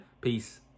peace